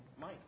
Mike